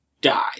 die